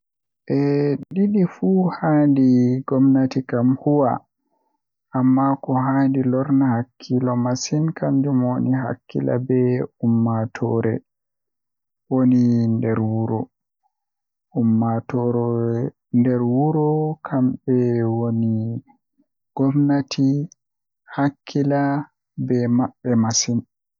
Eh didi fuu handi gomnati kam huwa amma ko handi lorna hakkilo masin kanjum woni hakkila be ummatoore woni nderwuro ummtoore nder wuro kambe woni gomnati hakkila be mabbe masin